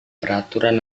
peraturan